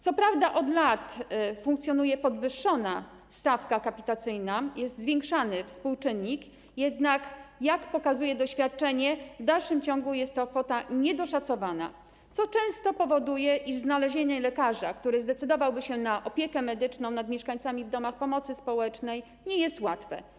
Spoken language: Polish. Co prawda od lat funkcjonuje podwyższona stawka kapitacyjna, zwiększany jest współczynnik, jednak jak pokazuje doświadczenie, w dalszym ciągu jest to kwota niedoszacowana, co często powoduje, iż znalezienie lekarza, który zdecydowałby się na opiekę medyczną nad mieszkańcami domów pomocy społecznej, nie jest łatwe.